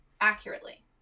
accurately